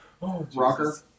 Rocker